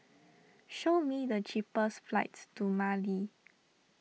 show me the cheapest flights to Mali